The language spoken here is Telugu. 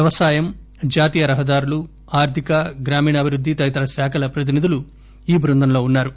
వ్యవసాయం జాతీయ రహదారులు ఆర్థిక గ్రామీణాభివృద్ది తదితర శాఖల ప్రతినిధులు ఈ టృందంలో వున్నారు